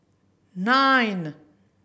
nine